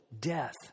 death